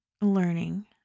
learning